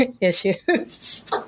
issues